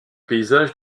paysage